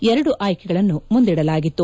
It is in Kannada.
ಎರಡು ಆಯ್ಲಿಗಳನ್ನು ಮುಂದಿಡಲಾಗಿತ್ತು